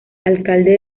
alcalde